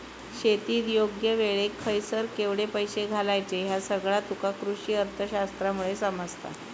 शेतीत योग्य वेळेक खयसर केवढे पैशे घालायचे ह्या सगळा तुका कृषीअर्थशास्त्रामुळे समजता